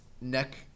neck